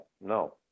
No